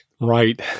Right